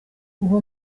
uwo